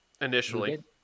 initially